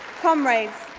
comrades,